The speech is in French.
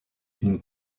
une